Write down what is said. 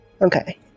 Okay